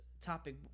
topic